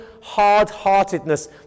hard-heartedness